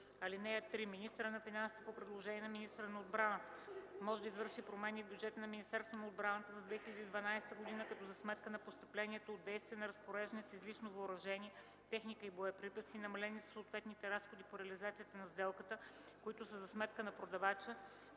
(3) Министърът на финансите по предложение на министъра на отбраната може да извърши промени по бюджета на Министерството на отбраната за 2012 г., като за сметка на постъпленията от действия на разпореждане с излишно въоръжение, техника и боеприпаси, намалени със съответните разходи по реализацията на сделката, които са за сметка на продавача,